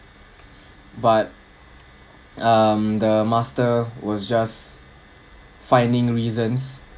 but um the master was just finding reasons